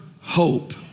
hope